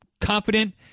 confident